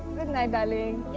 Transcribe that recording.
night darling.